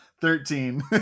Thirteen